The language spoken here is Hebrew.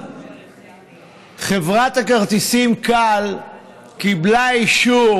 חברת הכרטיסים Cal קיבלה אישור